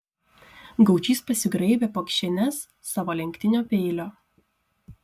gaučys pasigraibė po kišenes savo lenktinio peilio